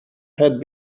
had